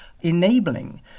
enabling